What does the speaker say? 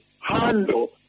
handle